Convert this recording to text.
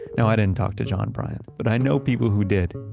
now, i didn't talk to john bryant but i know people who did.